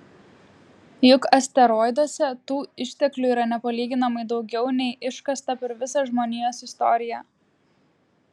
juk asteroiduose tų išteklių yra nepalyginamai daugiau nei iškasta per visą žmonijos istoriją